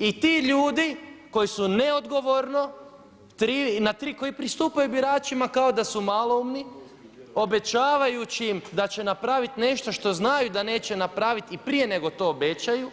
I ti ljudi koji su neodgovorno ti koji pristupaju biračima kao da su maloumni, obećavajući im da će napraviti nešto što znaju da neće napraviti i prije nego to obećaju,